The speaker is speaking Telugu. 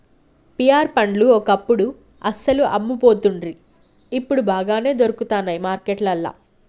పియార్ పండ్లు ఒకప్పుడు అస్సలు అమ్మపోతుండ్రి ఇప్పుడు బాగానే దొరుకుతానయ్ మార్కెట్లల్లా